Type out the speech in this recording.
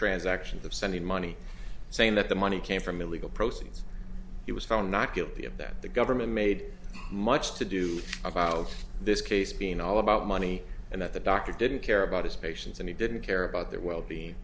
transactions of sending money saying that the money came from illegal proceeds it was found not guilty of that the government made much to do about this case being all about money and that the doctor didn't care about his patients and he didn't care about their well being